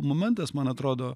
momentas man atrodo